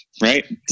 right